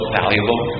valuable